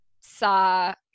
saw